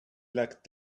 luck